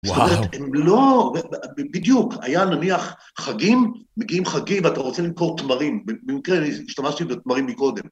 וואו! זאת אומרת, הם לא, בדיוק, היה נניח חגים, מגיעים חגים ואתה רוצה למכור תמרים, במקרה השתמשתי בתמרים מקודם.